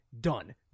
done